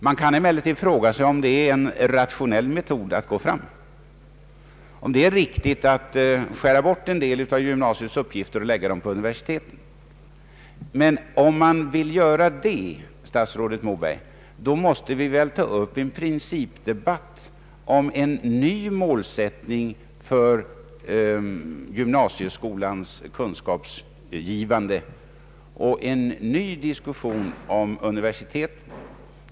Man kan emellertid fråga sig om det är en rationell metod och om det är riktigt att skära bort en del av gymnasiets uppgifter och lägga dem på universiteten. Vill man göra det, statsrådet Moberg, måste vi väl ta upp en principdebatt om en ny målsättning för gymnasieskolans kunskapsgivande och en ny diskussion om universiteten.